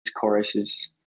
choruses